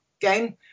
game